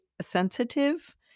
sensitive